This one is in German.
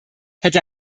hätte